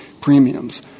premiums